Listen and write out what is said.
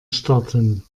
starten